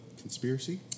Conspiracy